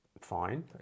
fine